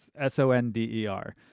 s-o-n-d-e-r